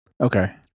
Okay